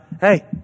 hey